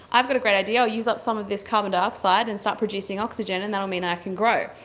i've got a great idea, i'll use up some of this carbon dioxide and start producing oxygen and that will mean i can grow.